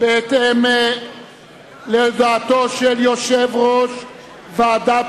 בהתאם להודעתו של יושב-ראש ועדת